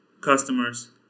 customers